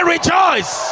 Rejoice